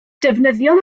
defnyddiodd